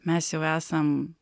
mes jau esam